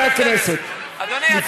חברי הכנסת, אדוני, הצעה לסדר.